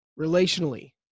relationally